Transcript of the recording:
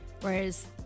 whereas